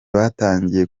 batangiye